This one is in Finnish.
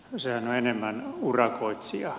kyse on enemmän urakoitsijaa